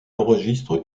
enregistre